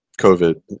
COVID